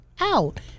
out